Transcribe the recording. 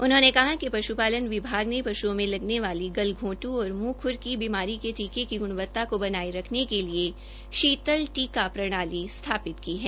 उन्होंने कहा कि पशु पालन विभाग ने पशुओं में लगने वाली गलघोंटू और मुंह खुर की बीमारी के टीके की गुणवत्ता को बनाये रखने के लिए शीतल टीका प्रणाली स्थापित की है